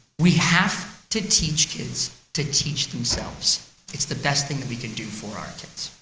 we have to teach kids to teach themselves it's the best thing we can do for our kids.